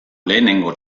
lehenengo